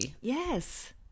Yes